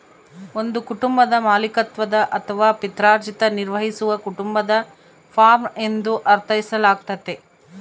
ಒಂದು ಕುಟುಂಬದ ಮಾಲೀಕತ್ವದ ಅಥವಾ ಪಿತ್ರಾರ್ಜಿತ ನಿರ್ವಹಿಸುವ ಕುಟುಂಬದ ಫಾರ್ಮ ಎಂದು ಅರ್ಥೈಸಲಾಗ್ತತೆ